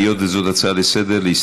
היות שזאת הצעה לסדר-היום,